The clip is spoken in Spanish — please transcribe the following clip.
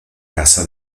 casa